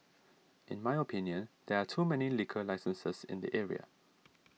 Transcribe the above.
in my opinion there are too many liquor licenses in the area